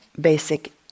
basic